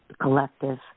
Collective